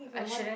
I shouldn't